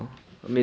mmhmm